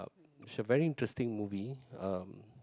it's a very interesting movie um